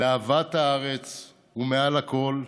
לאהבת הארץ ומעל הכול,